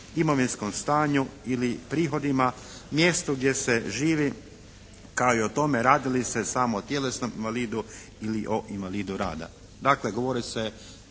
imovinskom stanju ili prihodima, mjestu gdje se živi, kao i o tome radi li se samo o tjelesnom invalidu ili o invalidu rada.